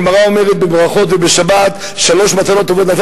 הגמרא אומרת בברכות ובשבת: "שלוש מתנות טובות נתן